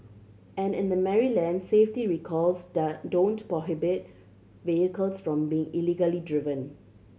and in the Maryland safety recalls the don't prohibit vehicles from being legally driven